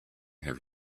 have